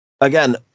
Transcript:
again